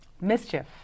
mischief